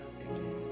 again